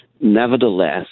nevertheless